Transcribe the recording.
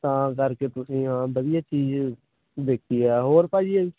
ਤਾਂ ਕਰਕੇ ਤੁਸੀਂ ਹਾਂ ਵਧੀਆ ਚੀਜ ਦੇਖੀ ਹੈ ਹੋਰ ਭਾਜੀ